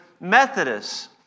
Methodists